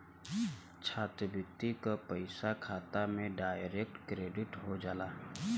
छात्रवृत्ति क पइसा खाता में डायरेक्ट क्रेडिट हो जाला